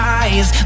eyes